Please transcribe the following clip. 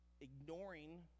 ignoring